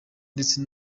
ndetse